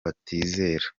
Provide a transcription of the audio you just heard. batizera